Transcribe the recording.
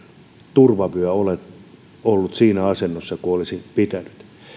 turvavyö ollut siinä asennossa kuin olisi pitänyt